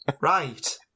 right